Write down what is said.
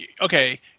Okay